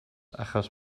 achos